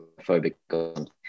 phobic